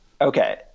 Okay